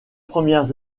premières